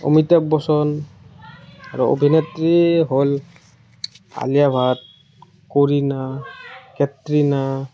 অমিতাভ বচ্চন আৰু অভিনেত্ৰী হ'ল আলিয়া ভাট কৰিণা কেটৰিনা